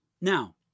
Now